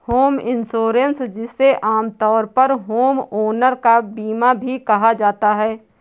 home insurance जिसे आमतौर पर होमओनर का बीमा भी कहा जाता है